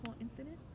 incident